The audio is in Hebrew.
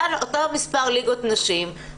אותו מספר ליגות נשים,